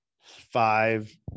five